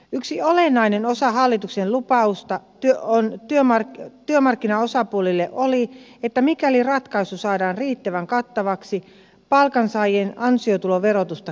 yksi olennainen osa hallituksen lupausta työmarkkinaosapuolille oli että mikäli ratkaisu saadaan riittävän kattavaksi palkansaajien ansiotuloverotusta kevennetään